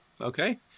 Okay